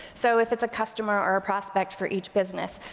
so if it's a customer or a prospect for each business.